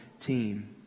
team